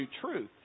truth